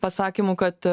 pasakymų kad